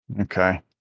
okay